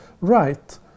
Right